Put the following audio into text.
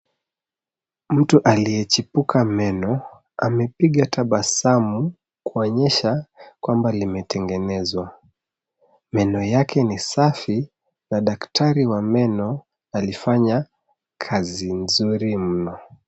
Mtu aliyechipuka meno amepiga tabasamu kuonyesha kwamba limetengenezwa. Meno yake ni safi na daktari wa meno alifanya kazi nzuri mno.